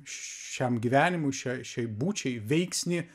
šiam gyvenimui šia šiai būčiai veiksnį